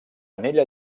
anella